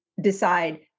decide